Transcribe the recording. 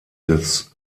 des